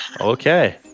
okay